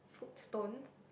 foot stone